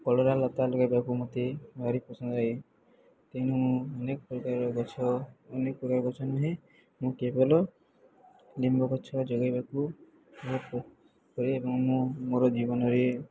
କଲରା ଲତା ଲଗେଇବାକୁ ମୋତେ ଭାରି ପସନ୍ଦ ଲାଗେ ତେଣୁ ମୁଁ ଅନେକ ପ୍ରକାର ଗଛ ଅନେକ ପ୍ରକାର ଗଛ ନୁହେଁ ମୁଁ କେବଳ ଲିମ୍ବ ଗଛ ଯୋଗେଇବାକୁ କରେ ଏବଂ ମୁଁ ମୋର ଜୀବନରେ